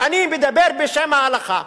אני מדבר בשם ההלכה.